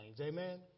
Amen